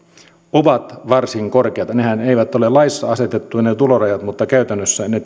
ovat varsin korkeat ne tulorajathan eivät ole laissa asetettuja mutta käytännössä ne